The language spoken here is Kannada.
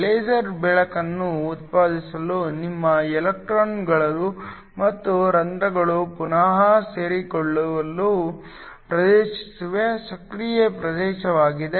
ಲೇಸರ್ ಬೆಳಕನ್ನು ಉತ್ಪಾದಿಸಲು ನಿಮ್ಮ ಎಲೆಕ್ಟ್ರಾನ್ಗಳು ಮತ್ತು ರಂಧ್ರಗಳು ಪುನಃ ಸೇರಿಕೊಳ್ಳುವ ಪ್ರದೇಶವೇ ಸಕ್ರಿಯ ಪ್ರದೇಶವಾಗಿದೆ